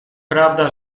prawda